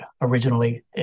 originally